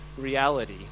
reality